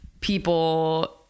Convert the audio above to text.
people